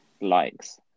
likes